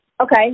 Okay